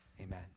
Amen